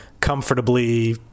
comfortably